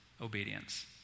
obedience